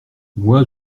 moi